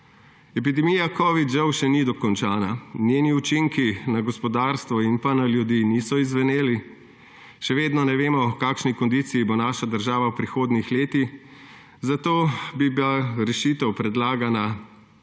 Epidemija covida žal še ni dokončana. Njeni učinki na gospodarstvo in na ljudi niso izzveneli. Še vedno ne vemo, v kakšni kondiciji bo naša država v prihodnjih letih, zato bi bila rešitev, predlagana